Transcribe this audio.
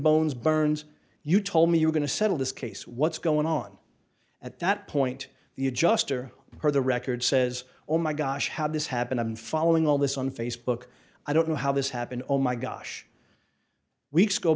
bones burns you told me you're going to settle this case what's going on at that point the adjuster or the record says oh my gosh how this happened i'm following all this on facebook i don't know how this happened oh my gosh weeks go